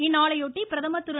இந்நாளையொட்டி பிரதமர் திரு